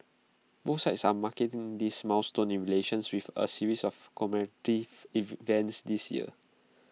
both sides are marking this milestone in relations with A series of commemorative events this year